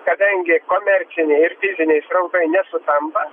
kadangi komerciniai ir fiziniai srautai nesutampa